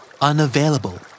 Unavailable